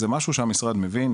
זה משהו שהמשרד מבין,